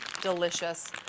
delicious